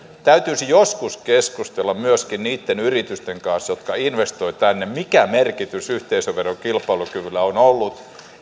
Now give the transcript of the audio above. täytyisi joskus keskustella myöskin niitten yritysten kanssa jotka investoivat tänne mikä merkitys yhteisöveron kilpailukyvyllä on